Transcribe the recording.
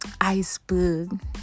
iceberg